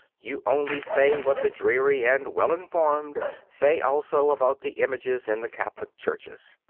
you only say what the dreary and well-informed say also about the images in the catholic churches.